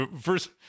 First